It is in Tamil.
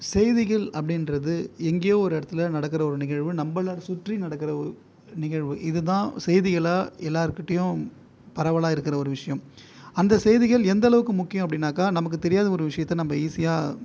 செய்திகள் அப்படிங்றது எங்கேயோ ஒரு இடத்தில் நடக்கிற ஒரு நிகழ்வு நம்மளை சுற்றி நடக்கிற ஒரு நிகழ்வு இதை தான் செய்திகளாக எல்லாேர் கிட்டேயும் பரவலாக இருக்கிற ஒரு விஷயம் அந்த செய்திகள் எந்தளவுக்கு முக்கியம் அப்படின்னாக்கால் நமக்கு தெரியாத ஒரு விஷயத்தை நம்ம ஈஸியாக